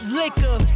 liquor